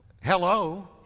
Hello